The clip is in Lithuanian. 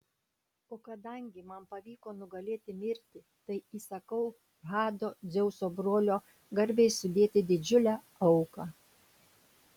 o kadangi man pavyko nugalėti mirtį tai įsakau hado dzeuso brolio garbei sudėti didžiulę auką